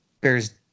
Bears